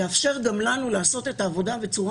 יאפשר גם לנו לעשות את העבודה בצורה